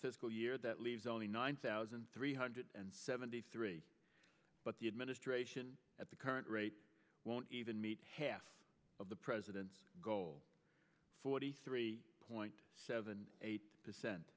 fiscal year that leaves only nine thousand three hundred and seventy three but the administration at the current rate won't even meet half of the president's goal forty three point seven eight percent